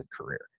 career